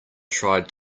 tried